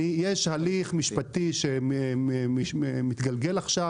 יש הליך משפטי שמתגלגל עכשיו.